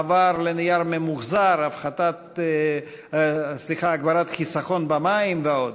מעבר לנייר ממוחזר, הגברת חיסכון במים ועוד.